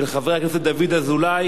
התשע"ב 2012, של חבר הכנסת דוד אזולאי.